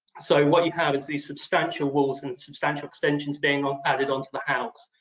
so what you have is these substantial walls and substantial extensions being added onto the house.